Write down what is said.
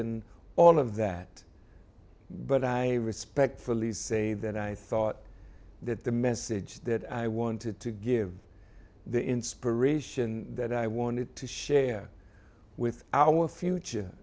and all of that but i respectfully say that i thought that the message that i wanted to give the inspiration that i wanted to share with our future